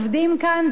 עובדים כאן,